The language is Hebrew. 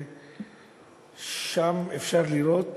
ואפשר לראות